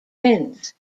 winds